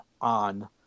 on